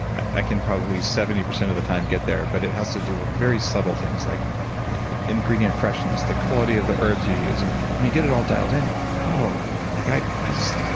i can probably seventy percent of the time get there, but it has to do with very subtle things, like ingredient freshness. the quality of the herbs you use. and when you get it all dialed in, you're like, whoa! like i! i just.